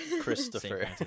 Christopher